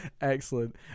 excellent